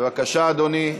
בבקשה, אדוני.